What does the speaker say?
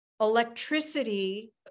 Electricity